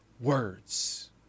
words